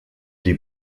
die